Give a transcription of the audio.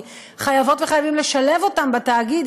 כי חייבות וחייבים לשלב אותם בתאגיד,